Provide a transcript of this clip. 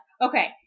Okay